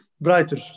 Brighter